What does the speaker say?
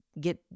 get